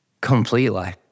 Completely